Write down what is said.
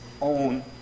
own